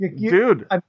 Dude